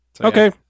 Okay